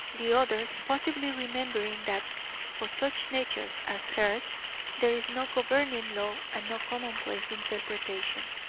the others possibly remembering that for such natures as hers there is no governing law and no commonplace interpretation.